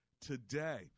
today